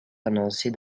annoncés